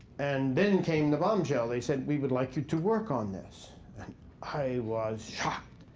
and then came the bombshell. they said, we would like you to work on this. and i was shocked.